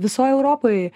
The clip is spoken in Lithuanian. visoj europoj